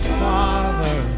father